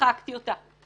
שיחקתי אותה.